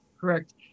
Correct